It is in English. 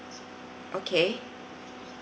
okay